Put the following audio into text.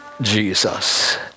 Jesus